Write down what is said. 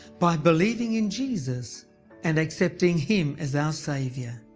by believing in jesus and accepting him as our saviour.